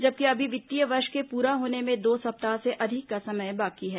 जबकि अभी वित्तीय वर्ष के पूरा होने में दो सप्ताह से अधिक का समय बाकी है